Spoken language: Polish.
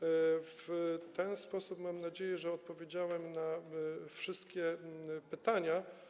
I w ten sposób mam nadzieję, że odpowiedziałem na wszystkie pytania.